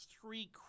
three